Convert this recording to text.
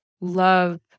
love